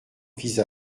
vise